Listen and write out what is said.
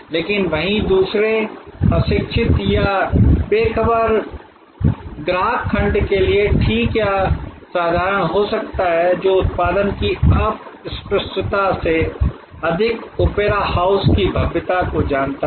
लेकिन वही दूसरे अशिक्षित या बेख़बर ग्राहक खंड के लिए ठीक या साधारण हो सकता है जो उत्पादन की अस्पष्टता से अधिक ओपेरा हाउस की भव्यता को जानता है